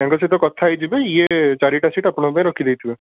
ତାଙ୍କ ସହିତ କଥା ହେଇଯିବେ ଇଏ ଚାରିଟା ସିଟ୍ ଆପଣଙ୍କ ପାଇଁ ରଖି ଦେଇଥିବେ